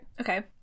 Okay